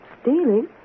stealing